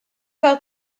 fel